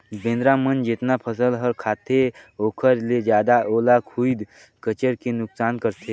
बेंदरा मन जेतना फसल ह खाते ओखर ले जादा ओला खुईद कचर के नुकनास करथे